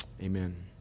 Amen